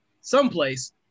someplace